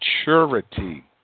maturity